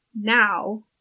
now